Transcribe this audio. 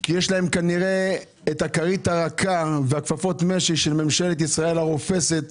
כי יש להם כנראה את הכרית הרכה וכפפות המשי של ממשלת ישראל הרופסת